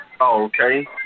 okay